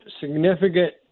significant